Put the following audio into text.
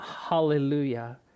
Hallelujah